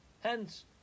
Hence